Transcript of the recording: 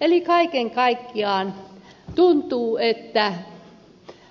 eli kaiken kaikkiaan tuntuu että